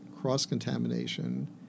cross-contamination